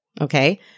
Okay